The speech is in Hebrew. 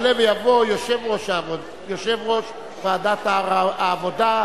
יעלה ויבוא יושב-ראש ועדת העבודה,